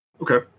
Okay